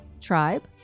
Tribe